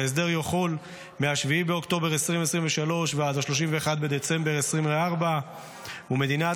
ההסדר יחול מ-7 באוקטובר 2023 ועד 31 בדצמבר 2024. מדינת